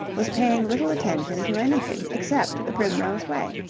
was paying little attention to anything except the primrose way.